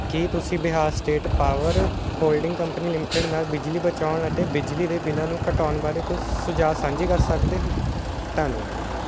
ਕੀ ਤੁਸੀਂ Bihar state power holding company limited ਨਾਲ ਬਿਜਲੀ ਬਚਾਉਣ ਅਤੇ ਬਿਜਲੀ ਦੇ ਬਿੱਲਾਂ ਨੂੰ ਘਟਾਉਣ ਬਾਰੇ ਕੁਝ ਸੁਝਾਅ ਸਾਂਝੇ ਕਰ ਸਕਦੇ ਹੋ ਧੰਨਵਾਦ